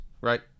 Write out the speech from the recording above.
right